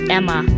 Emma